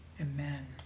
amen